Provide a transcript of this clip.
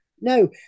no